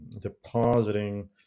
depositing